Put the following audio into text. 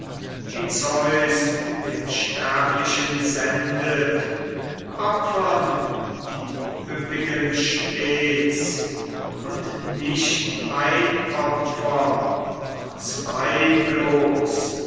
die zeus den sterblichen sendet opfern die üppigen stets und nicht ein opfer noch zwei bloß